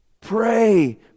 Pray